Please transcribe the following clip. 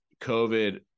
covid